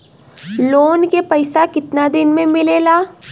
Loan के पैसा कितना दिन मे मिलेला?